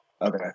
Okay